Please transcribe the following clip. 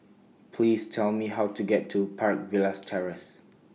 Please Tell Me How to get to Park Villas Terrace